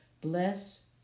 Bless